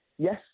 Yes